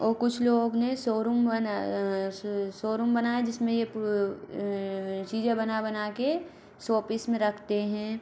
और कुछ लोग ने सोरूम बना सो सोरूम बनाया जिस में ये पू चीज़ें बना बना कर सोपीस में रखते हैं